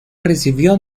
recibió